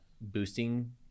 boosting